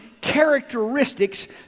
characteristics